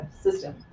system